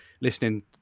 listening